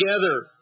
together